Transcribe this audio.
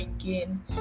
again